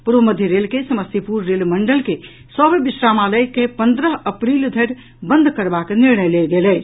पूर्व मध्य रेल के समस्तीपुर रेल मंडल के सभ विश्रामालय के पन्द्रह अप्रील धरि बंद करबाक निर्णय लेल गेल अछि